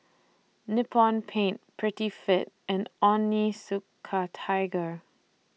Nippon Paint Prettyfit and Onitsuka Tiger